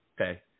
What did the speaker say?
okay